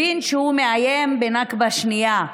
הבין שהוא מאיים בנכבה שנייה.